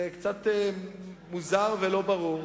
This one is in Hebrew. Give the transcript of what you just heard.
זה קצת מוזר ולא ברור.